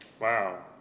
Wow